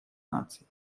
наций